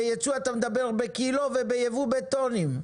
בייצוא אתה מדבר בקילוגרמים ובייבוא אתה מדבר בטונות.